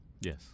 Yes